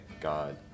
God